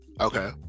Okay